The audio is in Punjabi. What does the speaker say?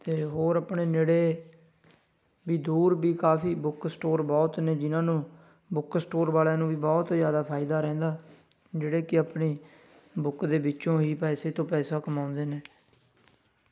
ਅਤੇ ਹੋਰ ਆਪਣੇ ਨੇੜੇ ਵੀ ਦੂਰ ਵੀ ਕਾਫੀ ਬੁੱਕ ਸਟੋਰ ਬਹੁਤ ਨੇ ਜਿਨਾਂ ਨੂੰ ਬੁੱਕ ਸਟੋਰ ਵਾਲਿਆਂ ਨੂੰ ਵੀ ਬਹੁਤ ਜ਼ਿਆਦਾ ਫਾਇਦਾ ਰਹਿੰਦਾ ਜਿਹੜੇ ਕਿ ਆਪਣੇ ਬੁੱਕ ਦੇ ਵਿੱਚੋਂ ਹੀ ਪੈਸੇ ਤੋਂ ਪੈਸਾ ਕਮਾਉਂਦੇ ਨੇ